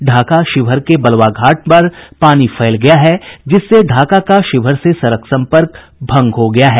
ढाका शिवहर के बलवाघाट पर पानी फैल गया है जिससे ढाका का शिवहर से संपर्क भंग हो गया है